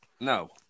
No